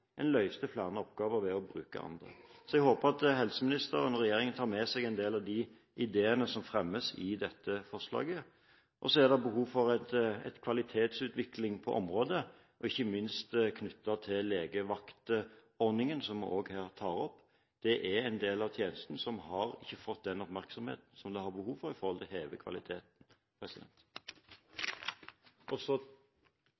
en løste flere oppgaver ved å bruke andre. Jeg håper at helseministeren og regjeringen tar med seg en del av de ideene som fremmes i dette forslaget. Det er behov for en kvalitetsutvikling på området, ikke minst knyttet til legevaktordningen, som vi også tar opp. Det er en del av tjenesten som ikke har fått den oppmerksomheten den har behov for for å heve kvaliteten.